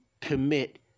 commit